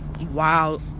Wow